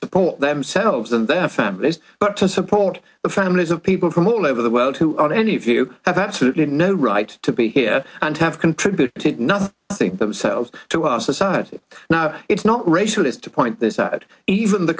support themselves and their families but to support the families of people from all over the world who are any of you have absolutely no right to be here and have contributed nothing i think themselves to our society now it's not racial it's to point this out even the